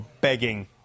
begging